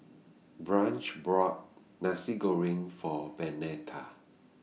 Branch bought Nasi Goreng For Bernetta